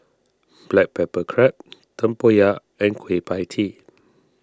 Black Pepper Crab Tempoyak and Kueh Pie Tee